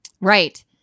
Right